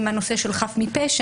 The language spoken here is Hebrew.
עם הנושא של חף מפשע.